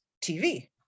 tv